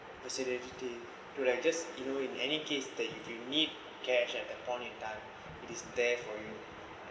facility to like just you know in any case that you do need cash at that point in time it is there for you